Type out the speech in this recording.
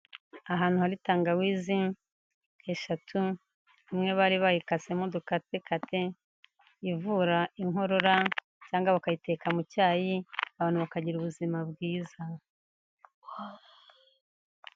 Ahantu hari tangawizi eshatu imwe bari bayikasemo udukatekate ivura inkorora, cyangwa bakayiteka mu cyayi abantu bakagira ubuzima bwiza.